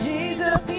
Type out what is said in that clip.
Jesus